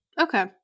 Okay